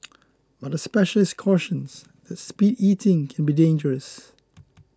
but a specialist cautions that speed eating can be dangerous